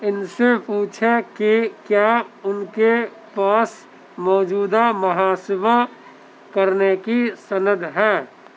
ان سے پوچھیں کہ کیا ان کے پاس موجودہ محاسبہ کرنے کی سند ہے